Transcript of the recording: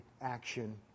action